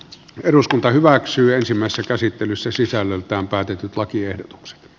eduskunta hyväksyy ensimmäistä käsittelyssä sisällöltään päätetyt lakiehdotukset